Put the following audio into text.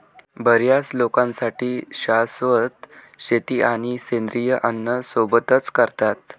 बर्याच लोकांसाठी शाश्वत शेती आणि सेंद्रिय अन्न सोबतच करतात